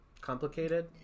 complicated